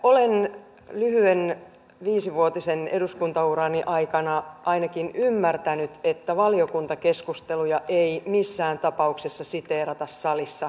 olen lyhyen viisivuotisen eduskuntaurani aikana ainakin ymmärtänyt että valiokuntakeskusteluja ei missään tapauksessa siteerata salissa